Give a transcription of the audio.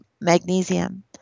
magnesium